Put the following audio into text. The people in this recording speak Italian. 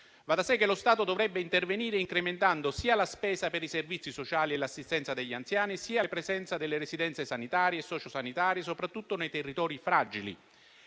Va da sé che lo Stato dovrebbe intervenire, incrementando sia la spesa per i servizi sociali e l'assistenza degli anziani, sia la presenza delle residenze sanitarie e sociosanitarie, soprattutto nei territori fragili.